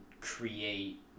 create